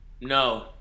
No